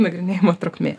nagrinėjimo trukmė